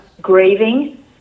grieving